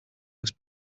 most